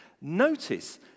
Notice